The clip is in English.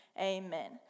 amen